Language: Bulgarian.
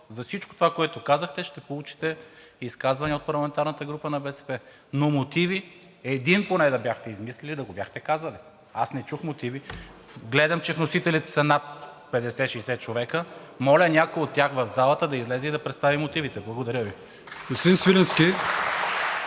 за всичко това, което казахте, ще получите изказвания от парламентарната група на БСП. Но мотиви, един поне да бяхте измислили, да го бяхте казали. Аз не чух мотиви. Гледам, че вносителите са над 50 – 60 човека. Моля някой от тях в залата да излезе и да представи мотивите. Благодаря Ви.